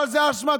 אבל זו אשמתכם,